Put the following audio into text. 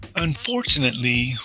Unfortunately